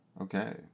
Okay